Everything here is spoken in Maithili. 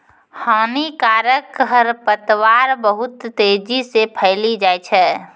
हानिकारक खरपतवार बहुत तेजी से फैली जाय छै